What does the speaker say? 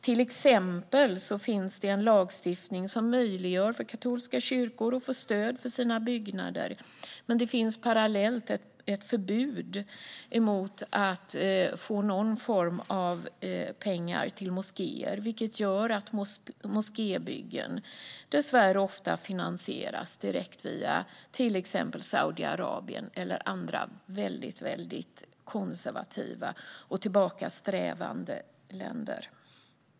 Till exempel finns det en lagstiftning som möjliggör för katolska kyrkor att få stöd för sina byggnader och samtidigt som det finns ett förbud mot någon form av stöd till moskéer, vilket gör att moskébyggen dessvärre ofta finansieras direkt via till exempel Saudiarabien eller andra konservativa och tillbakasträvande länder.